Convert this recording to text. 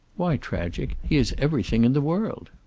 why tragic? he has everything in the world.